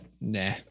nah